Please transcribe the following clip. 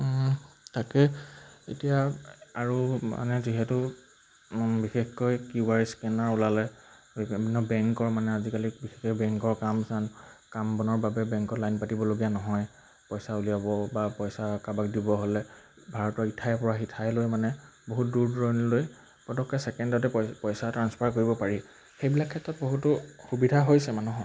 তাকে এতিয়া আৰু মানে যিহেতু বিশেষকৈ কিউ আৰ স্কেনাৰ ওলালে বিভিন্ন বেংকৰ মানে আজিকালি বিশেষকৈ বেংকৰ কাম চাম কাম বনৰ বাবে বেংকৰ লাইন পাতিবলগীয়া নহয় পইচা উলিয়াব বা পইচা কাৰোবাক দিব হ'লে ভাৰতৰ ইঠাইৰপৰা সিঠাইলৈ মানে বহুত দূৰ দূৰণিলৈ পতককৈ ছেকেণ্ডতে পইচা ট্ৰাঞ্চফাৰ কৰিব পাৰি সেইবিলাক ক্ষেত্ৰত বহুতো সুবিধা হৈছে মানুহৰ